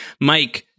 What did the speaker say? mike